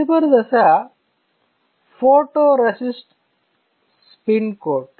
తదుపరి దశ photoresist spin coat